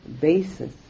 basis